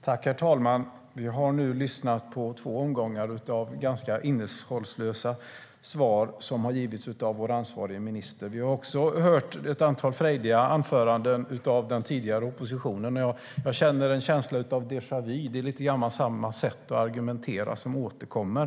Herr talman! Vi har nu lyssnat på två omgångar av ganska innehållslösa svar som har givits av vår ansvarige minister. Vi har också hört ett antal frejdiga anföranden av den tidigare oppositionen. Jag får en känsla av déjà vu. Det är samma sätt att argumentera som återkommer.